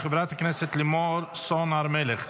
של חברת הכנסת לימור סון הר מלך.